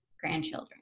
grandchildren